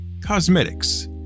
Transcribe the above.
cosmetics